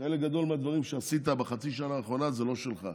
חלק גדול מהדברים שעשית בחצי השנה האחרונה הם לא שלך.